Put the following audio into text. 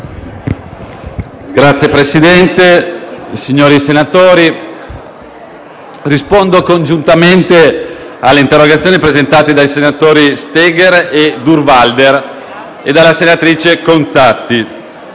Signor Presidente, signori senatori, rispondo congiuntamente alle interrogazioni presentate dai senatori Steger e Durnwalder e dalla senatrice Conzatti.